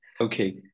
okay